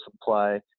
supply